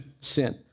sin